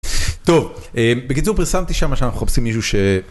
טוב, בקיצור פרסמתי שמה שאנחנו חופשים מישהו ש...